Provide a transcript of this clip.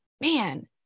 man